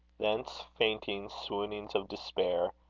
thence faintings, swoonings of despair,